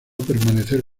permanecer